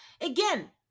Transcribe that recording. again